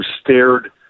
stared